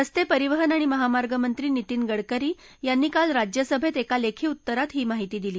रस्ते परिवहन आणि महामार्गमंत्री नितीन गडकरी यांनी काल राज्यसभेत एका लेखी उत्तरात ही माहिती दिली